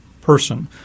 person